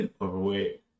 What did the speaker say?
Overweight